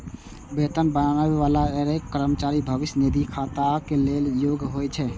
वेतन पाबै बला हरेक कर्मचारी भविष्य निधि खाताक लेल योग्य होइ छै